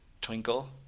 twinkle